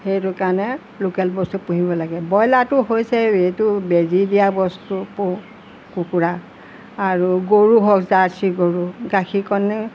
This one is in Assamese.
সেইটো কাৰণে লোকেল বস্তু পুহিব লাগে ব্ৰইলাৰটো হৈছে এইটো বেজী দিয়া বস্তু পু কুকুৰা আৰু গৰু হওক জাৰ্চি গৰু গাখীৰকণে